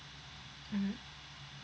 mmhmm